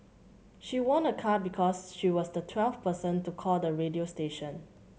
she won a car because she was the twelfth person to call the radio station